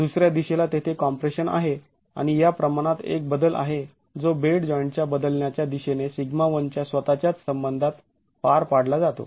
दुसऱ्या दिशेला तेथे कॉम्प्रेशन आहे आणि या प्रमाणात एक बदल आहे जो बेड जॉईंटच्या बदलण्याच्या दिशेने σ1 च्या स्वतःच्याच संबंधात पार पाडला जातो